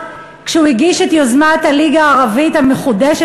כשהוא הגיש את יוזמת הליגה הערבית המחודשת